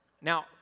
Now